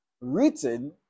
written